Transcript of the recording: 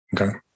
Okay